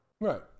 Right